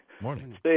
morning